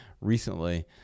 recently